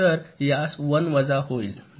तर यास 1 वजा होईल